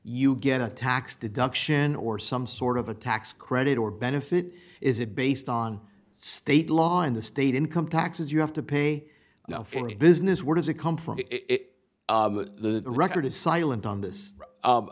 you get a tax deduction or some sort of a tax credit or benefit is it based on state law and the state income taxes you have to pay now for any business where does it come from the record is silent on this